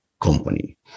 company